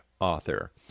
Author